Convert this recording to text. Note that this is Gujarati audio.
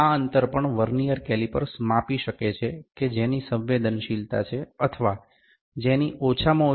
તેથી આ અંતર પણ વર્નીઅર કેલિપર્સ માપી શકે છે કે જેની સંવેદનશીલતા છે અથવા જેની ઓછામાં ઓછી ગણતરી 0